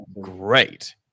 great